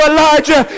Elijah